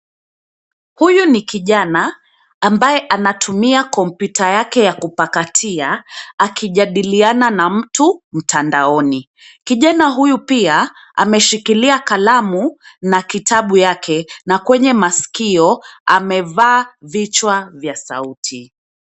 Huyu ni kijana ambaye anatumia kompyuta yake ya kupakatia akijadiliana na mtu mtandaoni. Kijana huyu pia ameshikilia kalamu na kitabu yake na kwenye maskio amevaa vichwa vya sauti.